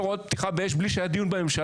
הוראות הפתיחה באש בלי שהיה דיון בממשלה?